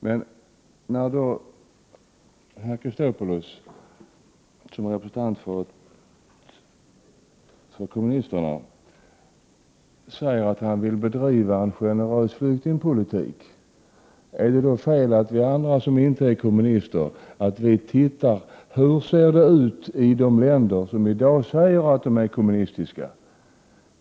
Men när herr Chrisopoulos, som representant för kommunisterna, säger att han vill bedriva en generös flyktingpolitik vill jag fråga: Är det då fel att vi andra som inte är kommunister ser efter hur det ser ut i de länder som i dag förklarar att de är kommunistiska?